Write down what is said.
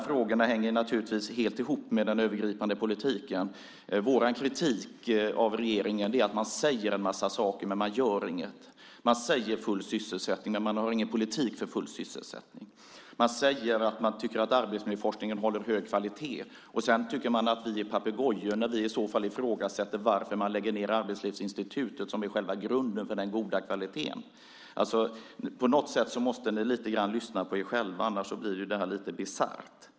Frågorna hänger naturligtvis helt ihop med den övergripande politiken. Vår kritik av regeringen gäller att man säger en massa saker men man gör inget. Man säger full sysselsättning men har ingen politik för full sysselsättning. Man säger att man tycker att arbetsmiljöforskningen håller hög kvalitet, och sedan tycker man att vi är papegojor när vi i så fall ifrågasätter varför man lägger ned Arbetslivsinstitutet, som är själva grunden för den goda kvaliteten. På något sätt måste ni lite grann lyssna på er själva, annars blir det här lite bisarrt.